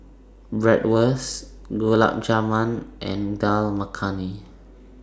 Bratwurst Gulab Jamun and Dal Makhani